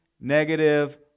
negative